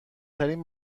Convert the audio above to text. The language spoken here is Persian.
ترین